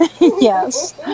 Yes